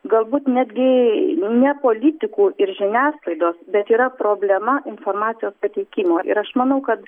galbūt netgi ne politikų ir žiniasklaidos bet yra problema informacijos pateikimo ir aš manau kad